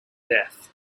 death